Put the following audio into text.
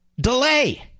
delay